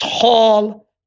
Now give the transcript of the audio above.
tall